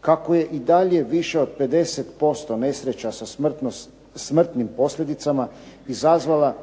Kako je i dalje više od 50% nesreća sa smrtnim posljedicama izazvala